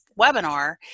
webinar